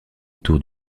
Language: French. autour